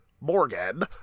Morgan